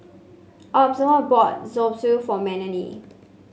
Osborne bought Zosui for Melanie